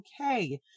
okay